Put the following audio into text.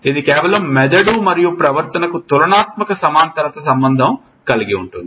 ఇది కేవలం మెదడు మరియు ప్రవర్తన కు తులనాత్మక సమాంతరత సంబంధం కలిగి ఉంటుంది